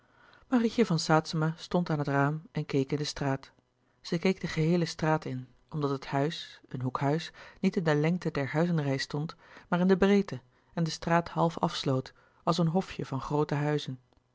marietje van saetzema stond aan het raam en keek in de straat zij keek de geheele straat in omdat het huis een hoekhuis niet in de lengte der huizenrei stond maar in de breedte en de straat half afsloot als een hofje van groote huizen